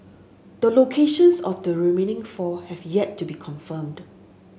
the locations of the remaining four have yet to be confirmed